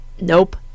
Nope